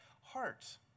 heart